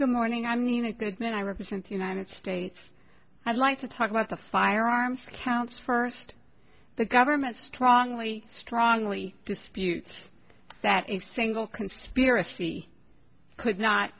good morning i mean a good man i represent the united states i'd like to talk about the firearms counts first the government strongly strongly dispute that a single conspiracy could not